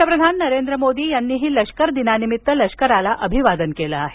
पंतप्रधान नरेंद्र मोदी यांनीही लष्कर दिनानिमित्त लष्कराला अभिवादन केलं आहे